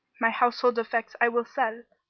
my household effects i will sell,